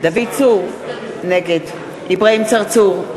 דוד צור, נגד אברהים צרצור,